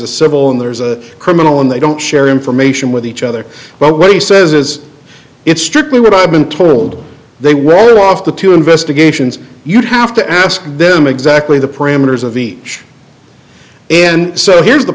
a civil and there's a criminal and they don't share information with each other but what he says is it's strictly what i've been told they well off the two investigations you'd have to ask them exactly the parameters of each and so here's the